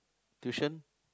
tuition